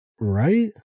Right